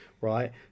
right